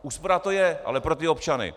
Úspora to je, ale pro občany.